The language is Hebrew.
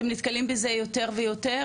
אתם נתקלים בזה יותר ויותר,